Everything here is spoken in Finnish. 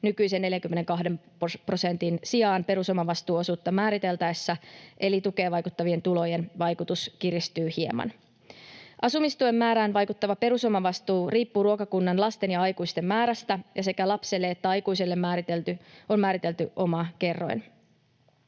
nykyisen 42 prosentin sijaan perusomavastuuosuutta määriteltäessä, eli tukeen vaikuttavien tulojen vaikutus kiristyy hieman. Asumistuen määrään vaikuttava perusomavastuu riippuu ruokakunnan lasten ja aikuisten määrästä, ja sekä lapselle että aikuiselle on määritelty oma kerroin.